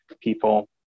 people